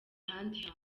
ahandi